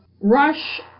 Rush